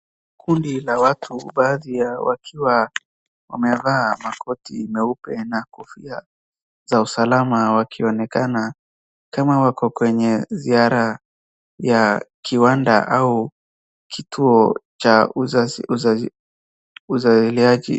Kundi la watu baadhi ya wakiwa wamevaa makoti meupe na kofia za usalama wakionekana kama wako kwenye ziara ya kiwanda au kituo cha uzaliliaji .